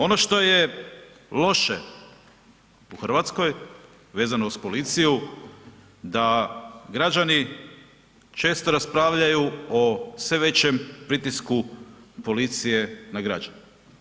Ono što je loše u Hrvatskoj vezano uz policiju, da građani često raspravljaju o sve većim pritisku policije na građane.